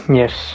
yes